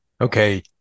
Okay